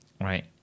right